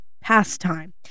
pastime